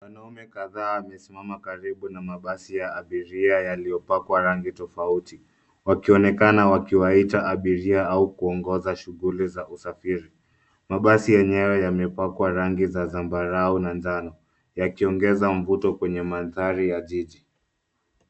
Wanaume kadhaa wamesimama karibu na mabasi ya abiria yaliyopakwa rangi tofauti, wakionekana wakiwaita abiria au kuongoza shughuli za usafiri. Mabasi yenyewe yamepakwa rangi za zambarau na njano, yakiongeza mvuto kwenye mandhari ya jiji.